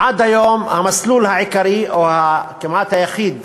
עד היום, המסלול העיקרי או הכמעט יחיד